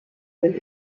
sind